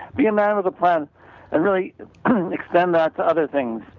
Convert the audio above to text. be a man with a plan and really extend that to other things.